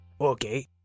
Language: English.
Okay